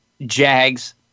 Jags